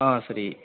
ஆ சரி